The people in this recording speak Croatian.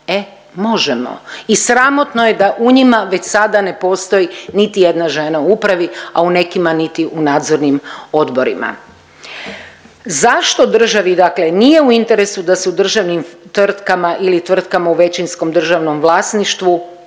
e možemo. I sramotno je da u njima već sada ne postoji niti jedna žena u upravi, a u nekima niti u nadzornim odborima. Zašto državi nije u interesu da se u državnim tvrtkama ili tvrtkama u većinskom državnom vlasništvu